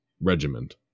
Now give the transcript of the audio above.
regiment